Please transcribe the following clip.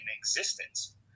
existence